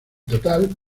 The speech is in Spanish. total